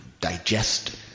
digest